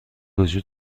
وجود